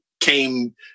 came